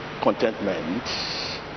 contentment